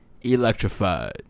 electrified